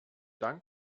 dank